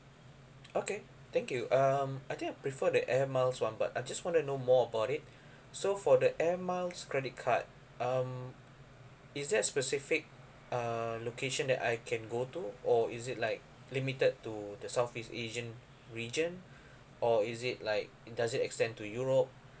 okay thank you um I think I prefer the air miles [one] but I just wanna know more about it so for the air miles credit card um is there a specific uh location that I can go to or is it like limited to the southeast asian region or is it like it doesn't extend to europe